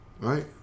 right